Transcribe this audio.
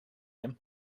him